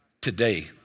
today